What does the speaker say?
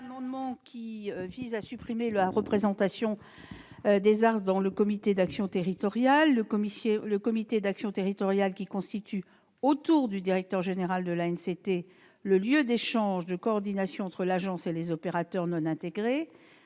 Cet amendement vise à supprimer la représentation des ARS au sein du comité d'action territoriale. Le comité d'action territoriale, qui constitue autour du directeur général de l'ANCT le lieu d'échange, de coordination, entre l'agence et les opérateurs non intégrés,